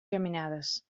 geminades